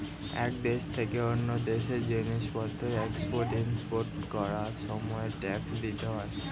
এক দেশ থেকে অন্য দেশে জিনিসপত্রের এক্সপোর্ট ইমপোর্ট করার সময় ট্যাক্স দিতে হয়